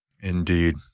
Indeed